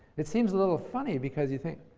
it seems a little funny, because you think,